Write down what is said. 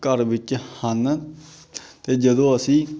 ਘਰ ਵਿੱਚ ਹਨ ਅਤੇ ਜਦੋਂ ਅਸੀਂ